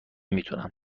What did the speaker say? میتونم